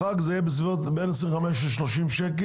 בחג זה יהיה בין 25 ל-30 ₪,